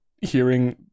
hearing